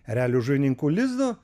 erelių žuvininkų lizdo